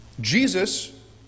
Jesus